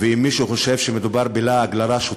ואם מישהו חושב שמדובר בלעג לרש,